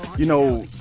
you know,